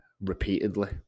repeatedly